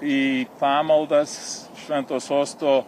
į pamaldas švento sosto